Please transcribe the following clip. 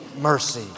mercy